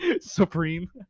supreme